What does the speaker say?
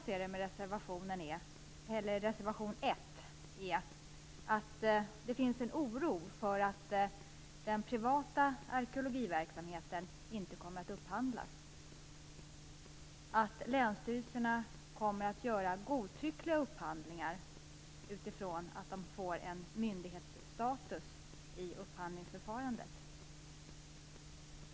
I reservation 1 uttrycks, som jag ser det, en oro för att den privata arkeologiverksamheten inte kommer att upphandlas, att länsstyrelserna kommer att göra godtyckliga upphandlingar om de får en myndighetsstatus i upphandlingsförfarandet.